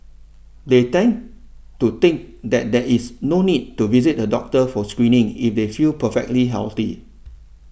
they tend to think that there is no need to visit a doctor for screening if they feel perfectly healthy